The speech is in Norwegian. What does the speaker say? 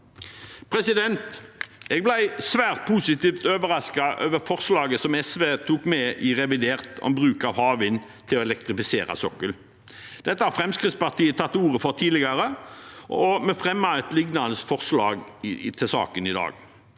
framover. Jeg ble svært positivt overrasket over forslaget som SV tok med i revidert, om bruk av havvind til å elektrifisere sokkelen. Dette har Fremskrittspartiet tatt til orde for tidligere, og vi fremmer et liknende forslag til saken i dag.